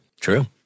true